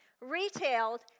retailed